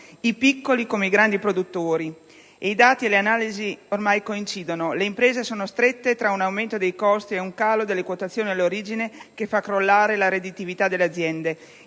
i piccoli come i grandi produttori. I dati e le analisi ormai coincidono: le imprese sono strette tra un aumento dei costi e un calo delle quotazioni all'origine che fa crollare la redditività delle aziende.